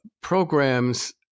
programs